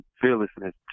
fearlessness